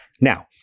Now